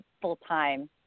full-time